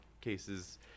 cases